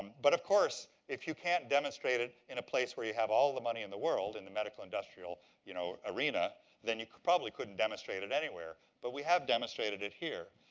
but, of course, if you can't demonstrate it in a place where you have all the money in the world in the medical industrial you know arena then you probably couldn't demonstrate it anywhere, but we have demonstrated it here.